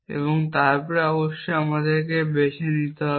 এবং তারপর অবশ্যই আমাদের বেছে নিতে হবে